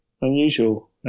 unusual